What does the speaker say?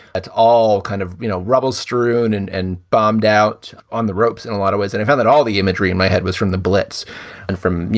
it's all kind of, you know, rubble strewn and and bombed out on the ropes in a lot of ways. and i found it all the imagery in my head was from the blitz and from, you